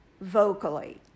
vocally